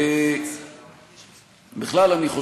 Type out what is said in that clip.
אין בעיה.